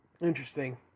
interesting